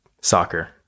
Soccer